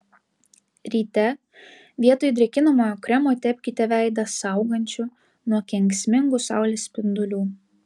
ryte vietoj drėkinamojo kremo tepkite veidą saugančiu nuo kenksmingų saulės spindulių